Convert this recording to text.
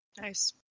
Nice